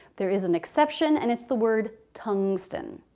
there is an exception and it's the word tungsten.